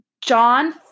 John